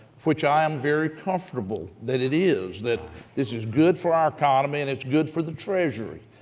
which i am very comfortable that it is, that this is good for our economy and it's good for the treasury.